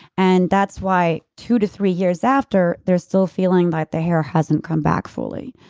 and that's why two to three years after they're still feeling that the hair hasn't come back fully.